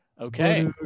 Okay